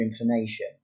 information